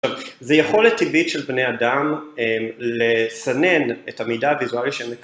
זה יכולת טבעית של בני אדם לסנן את המידע הוויזואלי שהם